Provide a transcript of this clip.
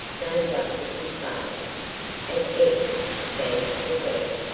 named after his father and f stands for glen.